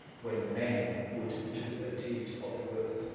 when man would do a deed of worth,